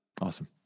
Awesome